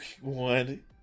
One